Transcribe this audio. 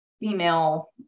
female